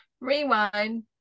Rewind